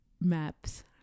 maps